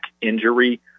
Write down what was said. injury